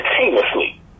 Continuously